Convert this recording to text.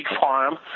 farm